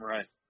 Right